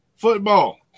Football